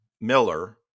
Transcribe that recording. Miller